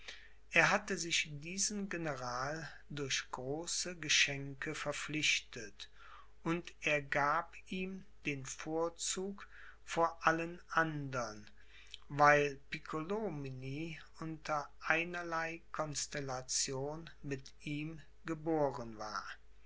er hatte sich diesen general durch große geschenke verpflichtet und er gab ihm den vorzug vor allen andern weil piccolomini unter einerlei constellation mit ihm geboren war